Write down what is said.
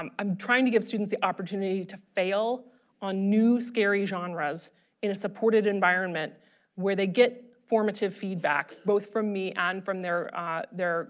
um i'm trying to give students the opportunity to fail on new scary genres in a supported environment where they get formative feedback both from me and from their ah colleagues,